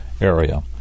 area